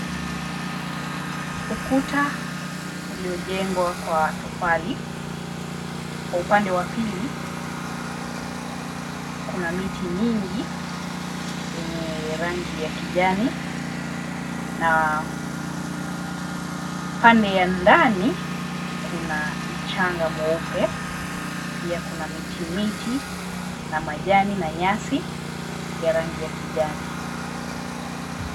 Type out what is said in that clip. Ukuta uliojengwa kwa tofali, kwa upande wa pili kuna miti mingi yenye rangi ya kijani na pande ya ndani kuna mchanga mweupe, pia kuna miti miti na majani na nyasi ya rangi ya kijani.